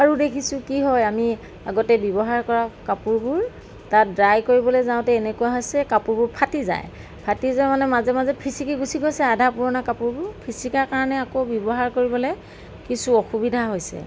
আৰু দেখিছোঁ কি হয় আমি আগতে ব্যৱহাৰ কৰা কাপোৰবোৰ তাত দ্ৰাই কৰিবলৈ যাওঁতে এনেকুৱা হৈছে কাপোৰবোৰ ফাটি যায় ফাটি যোৱা মানে মাজে মাজে ফিচিকি গুচি গৈছে আধা পুৰণা কাপোৰবোৰ ফিচিকাৰ কাৰণে আকৌ ব্যৱহাৰ কৰিবলৈ কিছু অসুবিধা হৈছে